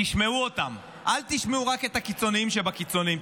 תשמעו אותם, אל תשמעו רק את הקיצוניים שבקיצוניים.